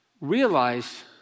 Realize